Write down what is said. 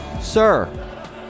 Sir